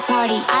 party